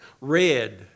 Red